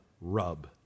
rub